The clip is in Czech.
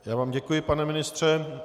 Já vám děkuji, pane ministře.